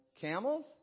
Camels